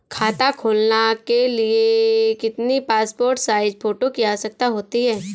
खाता खोलना के लिए कितनी पासपोर्ट साइज फोटो की आवश्यकता होती है?